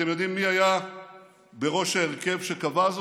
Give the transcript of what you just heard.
אתם יודעים מי היה בראש ההרכב שקבע זאת?